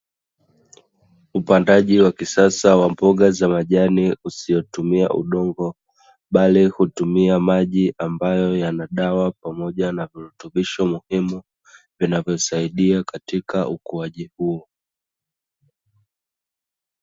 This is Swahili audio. Upandaji wa kisasa wa mboga za majani usiotumia udongo bali hutumia maji ambayo yana dawa pamoja na virutubisho muhimu vinavyosaidia katika ukuaji huo.